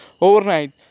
Overnight